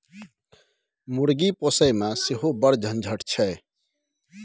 मुर्गी पोसयमे सेहो बड़ झंझट छै